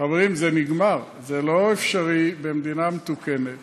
חברים, זה נגמר, זה לא אפשרי במדינה מתוקנת